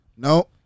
No